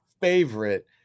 favorite